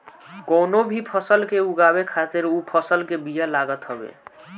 कवनो भी फसल के उगावे खातिर उ फसल के बिया लागत हवे